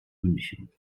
münchen